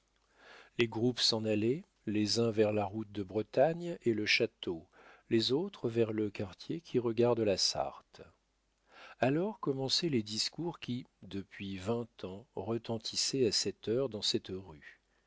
les groupes s'en allaient les uns vers la route de bretagne et le château les autres vers le quartier qui regarde la sarthe alors commençaient les discours qui depuis vingt ans retentissaient à cette heure dans cette rue